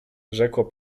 rzekła